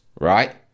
right